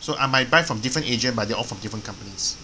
so I might buy from different agent but they all from different companies